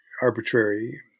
arbitrary